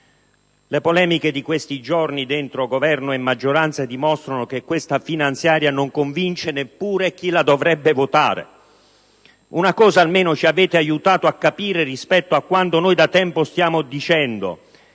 le polemiche di questi giorni dentro Governo e maggioranza dimostrano che questa finanziaria non convince neppure chi la dovrebbe votare. Una cosa, almeno, ci avete aiutato a capire rispetto a quanto noi da tempo stiamo dicendo: